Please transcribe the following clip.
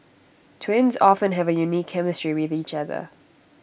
twins often have A unique chemistry with each other